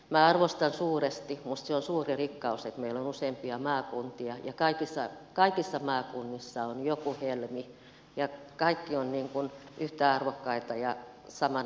minä arvostan suuresti minusta se on suuri rikkaus että meillä on useampia maakuntia ja kaikissa maakunnissa on joku helmi ja kaikki ovat yhtä arvokkaita ja samanarvoisia